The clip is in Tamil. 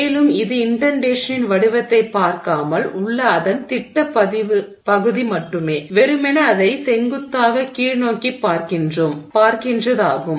மேலும் இது இன்டென்டேஷனின் வடிவத்தைப் பார்க்காமல் உள்ள அதன் திட்டப் பகுதி மட்டுமே வெறுமனே அதை செங்குத்தாக கீழ்நோக்கிப் பார்க்கின்றதாகும்